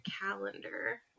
calendar